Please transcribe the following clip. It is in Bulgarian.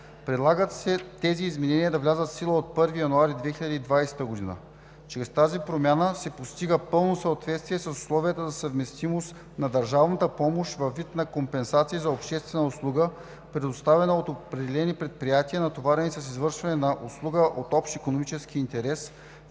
Предлага се тези изменения да влязат в сила от 1 януари 2020 г. Чрез тази промяна се постига пълно съответствие с условията за съвместимост на държавната помощ във вид на компенсации за обществена услуга, предоставена от определени предприятия, натоварени с извършване на услуга от общ икономически интерес,